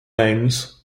lanes